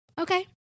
okay